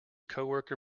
coworker